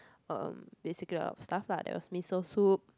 um basically a lot of stuff lah there was miso soup